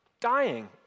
dying